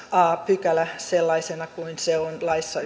a pykälä sellaisena kuin se on laissa